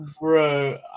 Bro